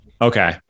Okay